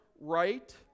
right